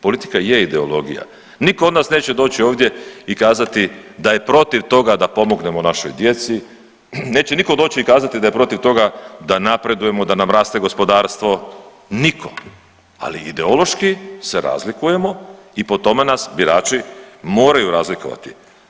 Politika je ideologija, niko od nas neće doći ovdje i kazati da je protiv toga da pomognemo našoj djeci, neće niko doći i kazati da je protiv toga da napredujemo, da nam raste gospodarstvo, niko, ali ideološki se razlikujemo i po tome nas birači moraju razlikovati.